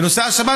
בנושא השבת,